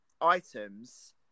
items